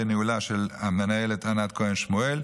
בניהולה של המנהלת ענת כהן שמואל,